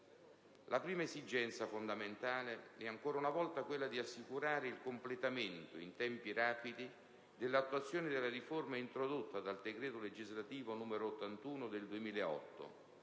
La prima esigenza fondamentale è ancora una volta quella di assicurare il completamento in tempi rapidi dell'attuazione della riforma introdotta dal decreto legislativo n. 81 del 2008,